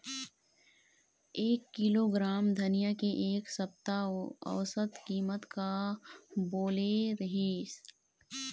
एक किलोग्राम धनिया के एक सप्ता औसत कीमत का बोले रीहिस?